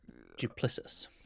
Duplicitous